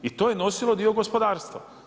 I to je nosilo dio gospodarstva.